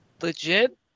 legit